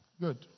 Good